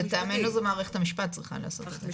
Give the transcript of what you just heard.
לטעמנו זאת מערכת המשפט אמורה לעשות את זה.